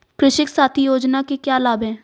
कृषक साथी योजना के क्या लाभ हैं?